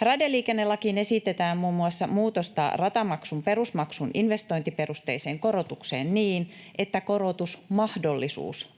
Raideliikennelakiin esitetään muun muassa muutosta ratamaksun perusmaksun investointiperusteiseen korotukseen niin, että korotusmahdollisuus vastaisi